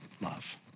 love